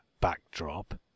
backdrop